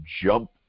jump